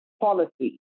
policy